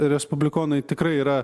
respublikonai tikrai yra